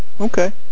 Okay